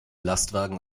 lastwagen